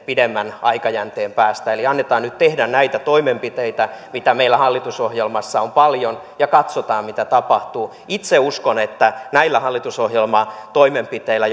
pidemmän aikajänteen päästä eli annetaan nyt ministerin tehdä näitä toimenpiteitä mitä meillä hallitusohjelmassa on paljon ja katsotaan mitä tapahtuu itse uskon että näillä hallitusohjelmatoimenpiteillä